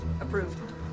Approved